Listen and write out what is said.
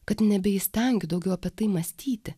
kad nebeįstengiu daugiau apie tai mąstyti